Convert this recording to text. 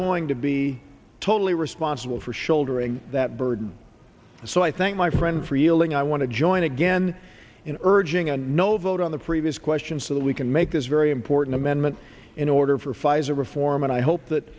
going to be totally responsible for shouldering that burden so i think my friend freeling i want to join again in urging a no vote on the previous question so that we can make this very important amendment in order for pfizer reform and i hope that